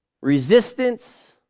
Resistance